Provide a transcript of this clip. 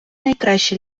найкраща